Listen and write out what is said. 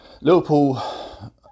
Liverpool